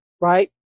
right